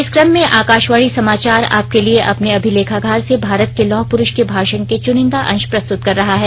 इस क्रम में आकाशवाणी समाचार आपके लिए अपने अभिलेखागार से भारत के लौह पुरुष के भाषण के चुनिंदा अंश प्रस्तुत कर रहा है